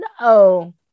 no